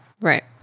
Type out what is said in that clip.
right